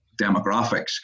demographics